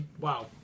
wow